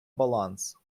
баланс